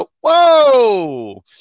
whoa